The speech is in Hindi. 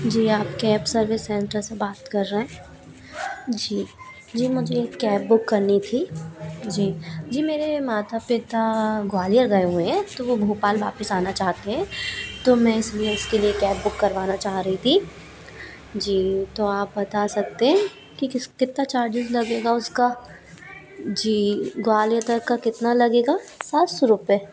जी आप कैब सर्विस सेंटर से बात कर रहें जी जी मुझे एक कैब बुक करनी थी जी जी मेरे माता पिता ग्वालियर गए हुए हें तो वो भोपाल वापस आना चाहते हैं तो मैं इस लिए इसके लिए कैब बुक करवाना चाह रही थी जी तो आप बता सकते हैं कि किस कितना चार्जेस लगेगा उसका जी ग्वालियर तक का कितना लगेगा सात सौ रुपये